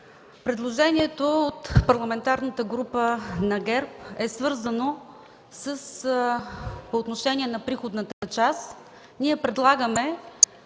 Предложението от парламентарната група на ГЕРБ е свързано с приходната част.